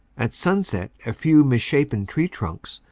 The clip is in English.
at sunset a few misshapen tree trunks,